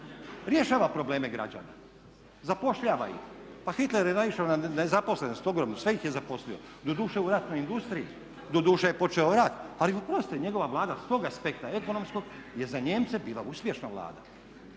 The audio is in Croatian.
Rješava probleme građana, zapošljava ih. Pa Hitler je naišao na nezaposlenost ogromnu, sve ih je zaposlio. Doduše u ratnoj industriji, doduše je počeo rat. Ali oprostite njegova Vlada s tog aspekta ekonomskog je za Nijemce bila uspješna Vlada.